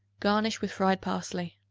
garnished with fried parsley.